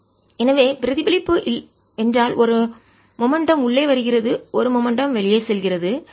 35×10 6 N எனவே பிரதிபலிப்பு என்றால் ஒரு மொமெண்ட்டம் வேகம் உள்ளே வருகிறது ஒரு மொமெண்ட்டம் வேகம் வெளியே செல்கிறது